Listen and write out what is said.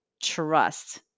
Trust